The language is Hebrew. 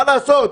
מה לעשות?